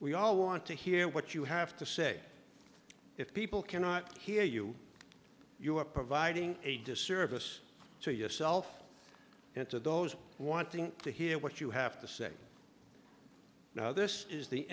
we all want to hear what you have to say if people cannot hear you you are providing a disservice to yourself and to those wanting to hear what you have to say now this is the